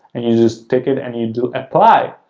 and you just take it and you do apply,